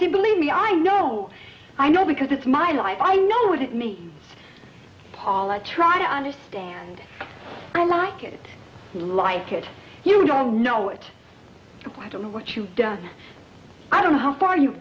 to believe me i know i know because it's my life i know what it means paula try to understand i like it you like it you don't know it i don't know what you've done i don't know how far you've